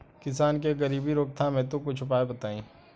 किसान के गरीबी रोकथाम हेतु कुछ उपाय बताई?